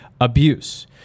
Abuse